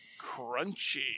crunchy